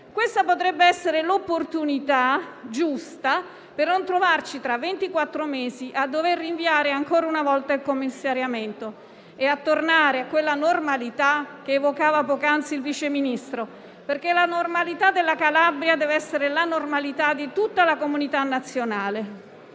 Questa potrebbe essere l'opportunità giusta per non trovarci, tra ventiquattro mesi, a dover rinviare ancora una volta il commissariamento e per tornare a quella normalità, che evocava poc'anzi il Vice Ministro, perché la normalità della Calabria deve essere la normalità di tutta la comunità nazionale.